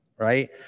right